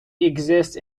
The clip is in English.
exist